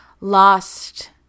lost